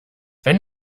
wenn